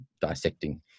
dissecting